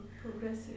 progressive